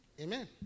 Amen